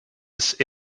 ist